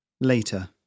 Later